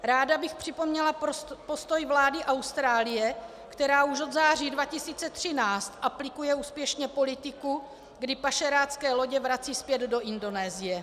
Ráda bych připomněla postoj vlády Austrálie, která už od září 2013 aplikuje úspěšně politiku, kdy pašerácké lodě vrací zpět do Indonésie.